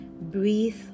Breathe